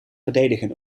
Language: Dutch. verdedigen